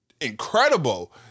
Incredible